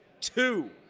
two